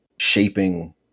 shaping